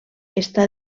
està